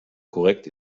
korrekt